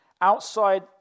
outside